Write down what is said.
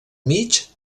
mig